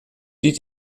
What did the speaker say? die